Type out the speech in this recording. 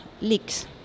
leaks